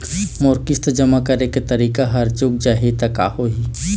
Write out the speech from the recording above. मोर किस्त जमा करे के तारीक हर चूक जाही ता का होही?